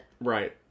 Right